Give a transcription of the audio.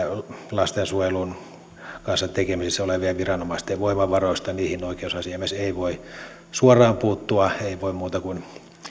lastensuojelun kanssa tekemisissä olevien viranomaisten voimavaroista niihin oikeusasiamies ei voi suoraan puuttua ei voi muuta kuin